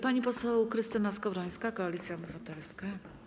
Pani poseł Krystyna Skowrońska, Koalicja Obywatelska.